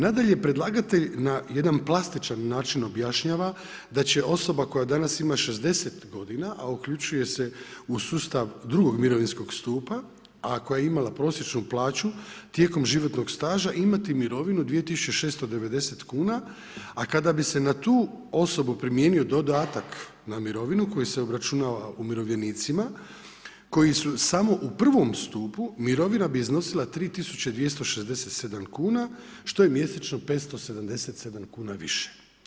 Nadalje, predlagatelj na jedan plastičan način objašnjava da će osoba koja danas ima 60 godina a uključuje se u sustav drugog mirovinskog stupa, a koja je imala prosječnu plaću tijekom životnog staža imati mirovinu 2690 kuna, a kada bi se na tu osobu primijenio dodatak na mirovinu koji se obračunava umirovljenicima koji su samo u prvom stupu, mirovina bi iznosila 3267 kuna što je mjesečno 577 kuna više.